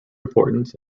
importance